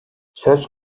söz